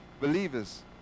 believers